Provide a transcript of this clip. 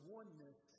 oneness